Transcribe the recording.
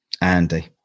Andy